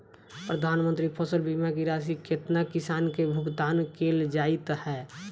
प्रधानमंत्री फसल बीमा की राशि केतना किसान केँ भुगतान केल जाइत है?